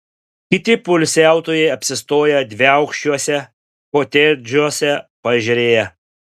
kiti poilsiautojai apsistoję dviaukščiuose kotedžuose paežerėje